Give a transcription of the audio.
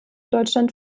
deutschland